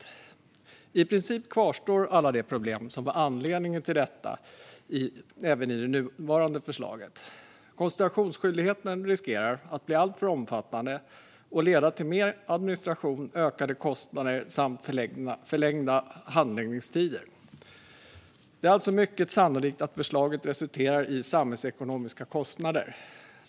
I det nuvarande förslaget kvarstår dock i princip alla de problem som var anledningen till att det drogs tillbaka. Konsultationsskyldigheten riskerar att bli alltför omfattande och leda till mer administration, ökade kostnader samt förlängda handläggningstider. Det är alltså mycket sannolikt att förslaget resulterar i samhällsekonomiska kostnader.